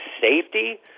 safety